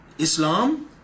Islam